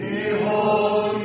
Behold